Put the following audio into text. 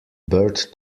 birth